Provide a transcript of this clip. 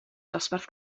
dosbarth